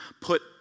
put